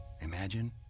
imagine